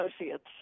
associates